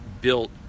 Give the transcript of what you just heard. built